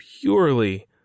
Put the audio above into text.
purely